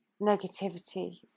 negativity